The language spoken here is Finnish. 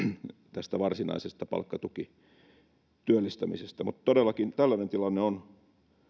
tästä varsinaisesta palkkatukityöllistämisestä todellakin tällainen tilanne on